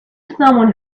someone